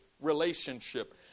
relationship